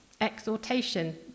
exhortation